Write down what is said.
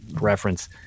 reference